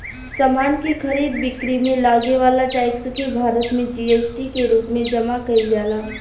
समान के खरीद बिक्री में लागे वाला टैक्स के भारत में जी.एस.टी के रूप में जमा कईल जाला